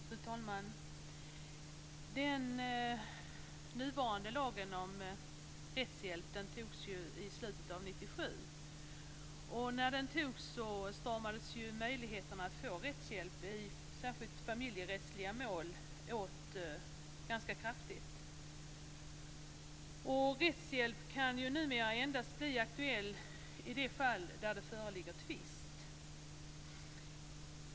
Fru talman! Den nuvarande lagen om rättshjälp antogs ju i slutet av 1997. När den antogs stramades möjligheterna att få rättshjälp, särskilt i familjerättsliga mål, åt ganska kraftigt. Rättshjälp kan ju numera endast bli aktuellt i de fall där det föreligger en tvist.